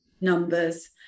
numbers